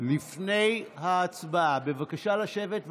לפני ההצבעה, בבקשה לשבת.